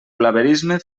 blaverisme